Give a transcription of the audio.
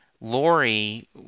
Lori